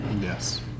Yes